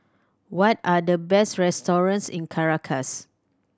what are the best restaurants in Caracas